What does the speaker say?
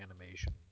animation